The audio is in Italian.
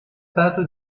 stato